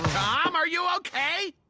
tom, are you okay?